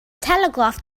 telegraph